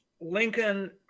Lincoln